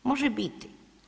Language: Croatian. Može biti.